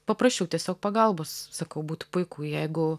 paprašiau tiesiog pagalbos sakau būtų puiku jeigu